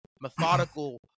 methodical